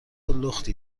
لختی